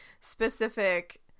specific